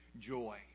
joy